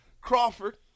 Crawford